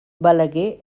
balaguer